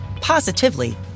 positively